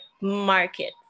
market